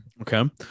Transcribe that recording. Okay